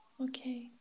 Okay